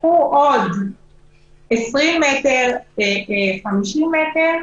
קחו עוד 20 מטר או 50 מטר,